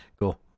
Cool